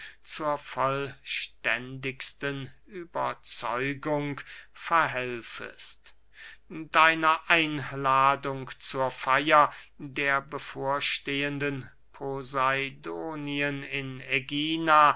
zur vollständigsten überzeugung verhelfest deiner einladung zur feier der bevorstehenden poseidonien in ägina